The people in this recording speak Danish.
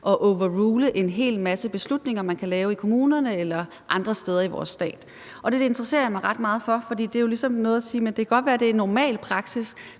at overrule en hel masse beslutninger, man kan lave i kommunerne eller andre steder i vores stat. Det interesserer jeg mig ret meget for, for det er jo ligesom noget med at sige,